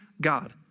God